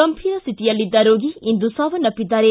ಗಂಭೀರ ಸ್ಥಿತಿಯಲ್ಲಿದ್ದ ರೋಗಿ ಇಂದು ಸಾವನ್ನಪ್ಪಿದ್ದಾರೆ